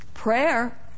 Prayer